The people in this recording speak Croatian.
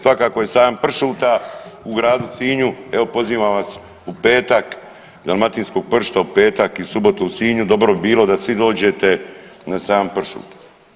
Sad kako je sajam pršuta u gradu Sinju evo pozivam vas u petak dalmatinskog pršuta u petak i subotu u Sinju, dobro bi bilo da svi dođete na sajam pršuta.